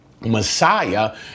Messiah